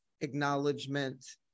acknowledgement